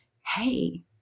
Hey